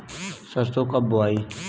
सरसो कब बोआई?